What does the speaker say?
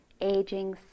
aging